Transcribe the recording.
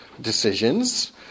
decisions